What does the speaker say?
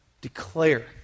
declare